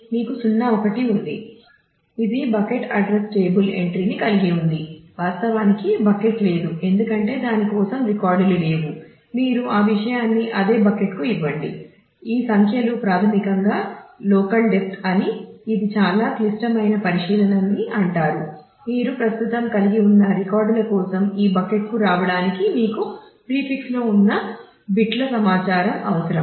మీకు 0 1 ఉంది ఇది బకెట్ అడ్రస్ టేబుల్ ఎంట్రీ అని ఇది చాలా క్లిష్టమైన పరిశీలన అని అంటారు మీరు ప్రస్తుతం కలిగి ఉన్న రికార్డుల కోసం ఈ బకెట్కు రావడానికి మీకు ప్రీఫిక్స్లో ఉన్న బిట్ల సమాచారం అవసరం